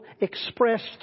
expressed